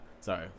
sorry